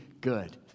good